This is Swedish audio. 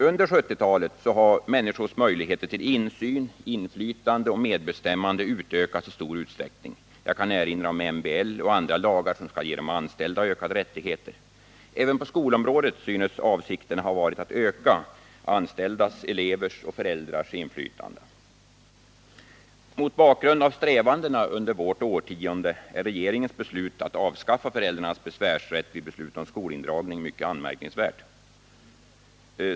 Under 1970-talet har människors möjligheter till insyn, inflytande och medbestämmande i stor utsträckning ökats. Jag kan erinra om MBL och andra lagar, som skall ge de anställda ökade rättigheter. Även på skolområdet synes avsikterna ha varit att öka anställdas, elevers och föräldrars inflytande. Mot bakgrund av strävandena under detta årtionde är regeringens beslut att avskaffa föräldrarnas besvärsrätt vid beslut om skolindragning mycket anmärkningsvärt.